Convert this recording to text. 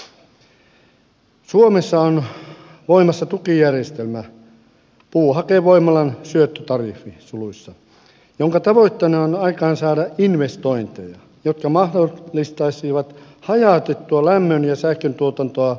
suomessa on voimassa tukijärjestelmä puuhakevoimalan syöttötariffi suluissa jonka tavoitteena on aikaansaada investointeja jotka mahdollistaisivat hajautettua lämmön ja sähköntuotantoa esimerkiksi sahoilla